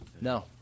No